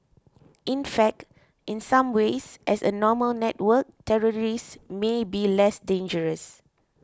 in fact in some ways as a formal network terrorists may be less dangerous